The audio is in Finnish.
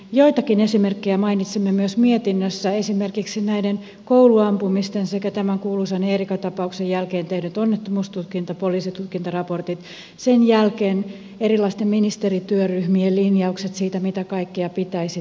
joitakin esimerkkejä mainitsimme myös mietinnössä esimerkiksi näiden kouluampumisten sekä tämän kuuluisan eerika tapauksen jälkeen tehdyt onnettomuustutkinta poliisitutkintaraportit niiden jälkeen erilaisten ministerityöryhmien linjaukset siitä mitä kaikkea pitäisi tehdä